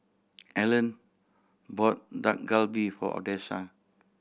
Allyn bought Dak Galbi for Odessa